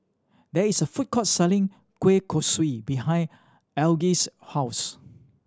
there is a food court selling kueh kosui behind Algie's house